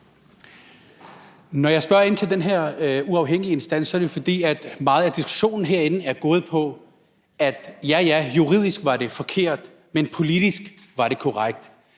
Når jeg spørger ind til den her uafhængige instans, er det, fordi meget af diskussionen herinde er gået på, at ja, juridisk var det forkert, men politisk var det korrekt.